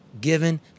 given